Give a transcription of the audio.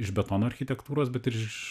iš betono architektūros bet ir iš